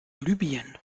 libyen